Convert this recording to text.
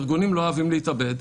ארגונים לא אוהבים להתאבד,